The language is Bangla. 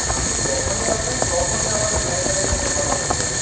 আপনি যখনই আসবেন তখনই আমাদের ম্যানেজারের সাথে কথা বলে যাবে